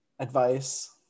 advice